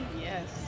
Yes